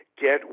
get